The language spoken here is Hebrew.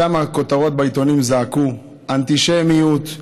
שם הכותרות בעיתונים זעקו: "אנטישמיות".